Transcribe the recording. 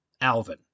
Alvin